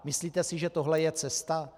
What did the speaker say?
Myslíte si, že tohle je cesta?